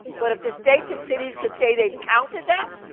but if the states and cities can say they've counted that,